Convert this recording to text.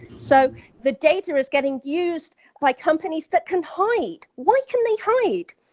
so the data is getting used by companies that can hide. what can they hide?